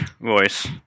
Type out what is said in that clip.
voice